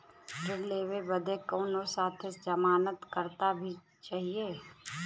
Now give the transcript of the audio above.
ऋण लेवे बदे कउनो साथे जमानत करता भी चहिए?